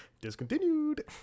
Discontinued